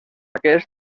aquest